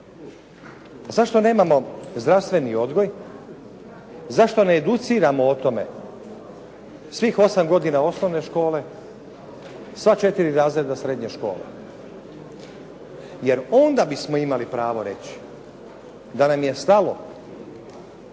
Zašto nemamo zdravstveni odgoj? Zašto ne educiramo o tome svih osam godina osnovne škole, sva četiri razreda srednje škole? Jer onda bismo imali pravo reći da nam je stalo